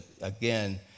again